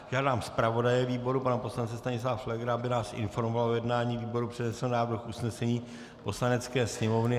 Žádám zpravodaje výboru pana poslance Stanislava Pflégera, aby nás informoval o jednání výboru, přednesl návrh usnesení Poslanecké sněmovny.